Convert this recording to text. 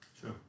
Sure